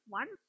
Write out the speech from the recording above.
one